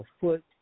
foot